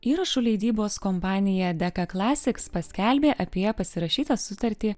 įrašų leidybos kompanija deka klasiks paskelbė apie pasirašytą sutartį